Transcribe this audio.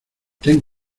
ten